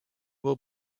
will